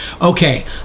okay